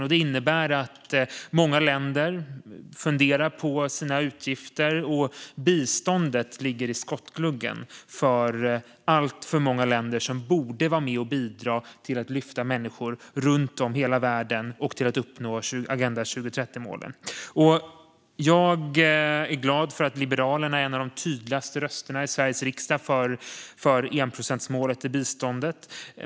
Detta innebär att många länder funderar på sina utgifter, och biståndet hamnar i skottgluggen för alltför många länder som borde vara med och bidra till att lyfta människor runt om i världen och till att uppnå Agenda 2030-målen. Jag är glad för att Liberalerna är en av de tydligaste rösterna i Sveriges riksdag för enprocentsmålet för biståndet.